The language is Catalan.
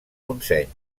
montseny